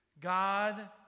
God